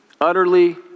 utterly